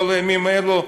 כל הימים האלה,